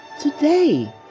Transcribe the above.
today